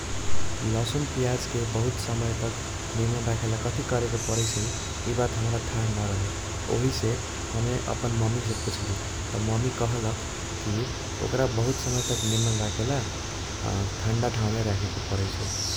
लसुन पियाजके बहुत समय तक निमन राखेला कथी करेके परैसै इबात हमारा थाह नरहे ओहिसे हमे अपन ममीसे पूछ्ली त ममी कहलक कि ओकर बहुत समय तक निमन राखेला ठण्डा ठाउमे राखेके परैसै।